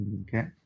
Okay